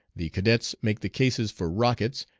the cadets make the cases for rockets,